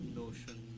notion